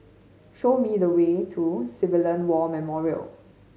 show me the way to Civilian War Memorial